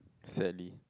sadly